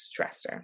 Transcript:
stressor